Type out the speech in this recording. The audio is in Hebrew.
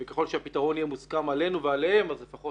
וככל שהפתרון יהיה מוסכם עלינו ועליהם אז לפחות